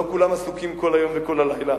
לא כולם עסוקים כל היום וכל הלילה,